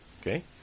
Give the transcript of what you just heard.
Okay